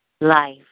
life